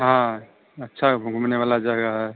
हाँ अच्छी घूमने वाली जगह है